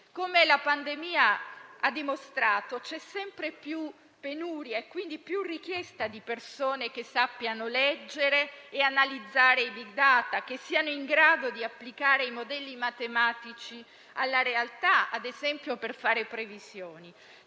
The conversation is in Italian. Come la pandemia ha dimostrato, c'è sempre più penuria e quindi più richiesta di persone che sappiano leggere e analizzare i *big data*, che siano in grado di applicare i modelli matematici alla realtà, ad esempio per fare previsioni.